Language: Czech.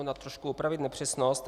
Chci trošku upravit nepřesnost.